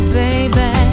baby